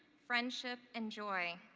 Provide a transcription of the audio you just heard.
friendship, and joy.